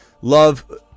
Love